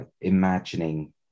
imagining